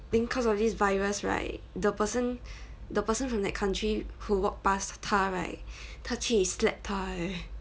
then cause of this virus right the person the person from that country who walked past 她 right 他去 slap 她 eh